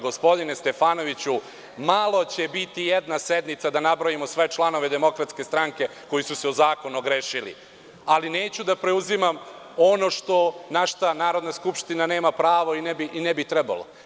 Gospodine Stefanoviću, malo će biti jedna sednica da nabrojimo sve članove DS koji su se o zakon ogrešili, ali neću da preuzimamo ono na šta Narodna skupština nema pravo i ne bi trebalo.